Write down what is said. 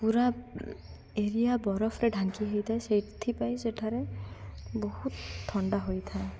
ପୁରା ଏରିଆ ବରଫରେ ଢାଙ୍କି ହେଇଥାଏ ସେଥିପାଇଁ ସେଠାରେ ବହୁତ ଥଣ୍ଡା ହୋଇଥାଏ